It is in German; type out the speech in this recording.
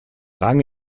rang